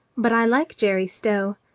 but i like jerry stow,